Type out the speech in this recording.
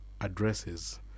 addresses